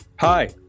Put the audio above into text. Hi